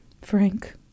Frank